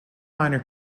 minor